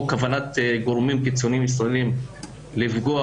או כוונת גורמים קיצונים ישראלים לפגוע